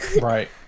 Right